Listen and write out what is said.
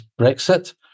Brexit